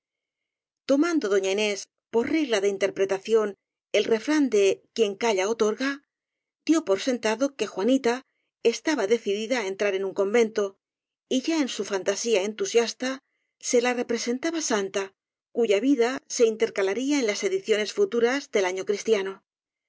tomando doña inés para regla de interpretación el refrán de quien calla otorga dió por sentado que juanita estaba decidida á entrar en un convento y ya en su fantasía entusiasta se la representaba santa cuya vida se intercalaría en las ediciones futuras del año cristiano